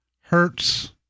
Hertz